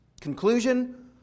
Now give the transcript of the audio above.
Conclusion